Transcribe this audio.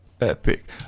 Epic